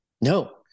No